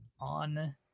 on